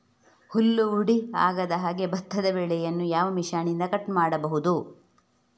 ಹುಲ್ಲು ಹುಡಿ ಆಗದಹಾಗೆ ಭತ್ತದ ಬೆಳೆಯನ್ನು ಯಾವ ಮಿಷನ್ನಿಂದ ಕಟ್ ಮಾಡಬಹುದು?